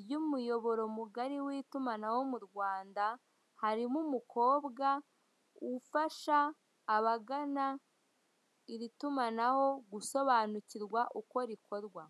ry'umuyoboro mugari w'itumanaho mu Rwanda harimo umukobwa ufasha abagana iri tumanaho gusobanukirwa uko rikorwa.